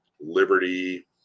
liberty